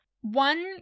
One